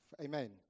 amen